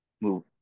move